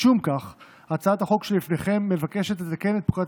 משום כך הצעת החוק שלפניכם מבקשת לתקן את פקודת